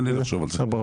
אבל צריך לחשוב על זה.